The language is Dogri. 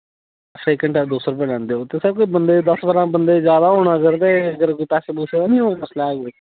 इक्क घैंटे दा दौ सौ रपेआ लैंदे ते सर अगर दस्स बंदे जादा होन ते सर पैसे दा कोई मसला ऐ कोई